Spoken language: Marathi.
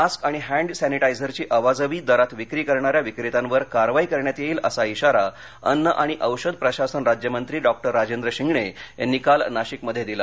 मास्क आणि हॅड सॅनिटायझरघी अवाजवी दरात विक्री करणाऱ्या विक्रेत्यांवर कारवाई करण्यात येईल असा इशारा अन्न आणि औषध प्रशासन राज्यमंत्री डॉक्टर राजेंद्र शिंगणे यांनी काल नाशिकमध्ये दिला